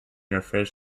refers